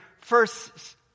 first